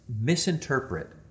misinterpret